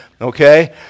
Okay